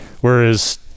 Whereas